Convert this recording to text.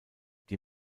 die